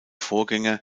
vorgänger